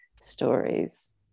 stories